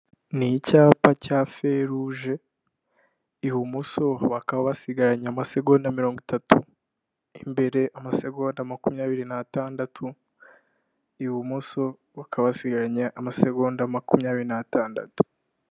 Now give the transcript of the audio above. Ni icyapa cya feruje, ibumoso bakaba basigaranye amasegonda mirongo itatu, imbere amasegonda makumyabiri n'atandatu, ibumoso bakaba basigaranye amasegonda makumyabiri n'atandatu.